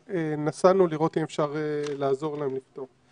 נסענו לראות אם אפשר לעזור להם לפתור.